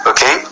Okay